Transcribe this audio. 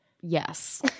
yes